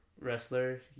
wrestler